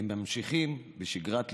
הם ממשיכים בשגרת לימודיהם.